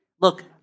Look